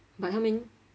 but how many